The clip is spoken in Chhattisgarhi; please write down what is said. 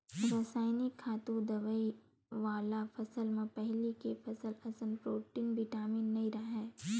रसइनिक खातू, दवई वाला फसल म पहिली के फसल असन प्रोटीन, बिटामिन नइ राहय